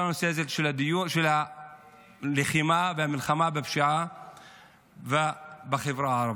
הנושא הזה של הלחימה והמלחמה בפשיעה בחברה הערבית.